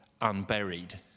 unburied